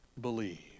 believe